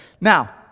Now